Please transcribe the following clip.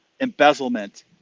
embezzlement